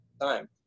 time